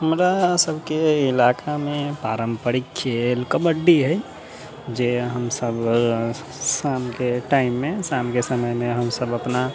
हमरा सबके इलाकामे पारम्परिक खेल कबड्डी है जे हमसब शामके टाइममे शामके समयमे हमसब अपना